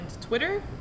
Twitter